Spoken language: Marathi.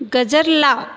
गजर लाव